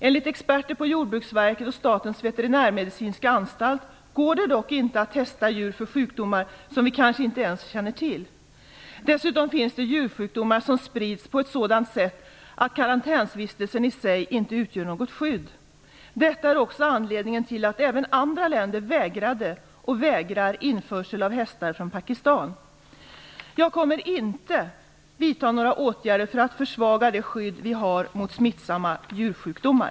Enligt experter på Jordbruksverket och Statens veterinärmedicinska anstalt går det dock inte att testa djur för sjukdomar som vi kanske inte ens känner till. Dessutom finns det djursjukdomar som sprids på ett sådant sätt att karantänsvistelsen i sig inte utgör något skydd. Detta är också anledningen till att även andra länder vägrade och vägrar införsel av hästar från Pakistan. Jag kommer inte att vidta några åtgärder för att försvaga det skydd vi har mot smittsamma djursjukdomar.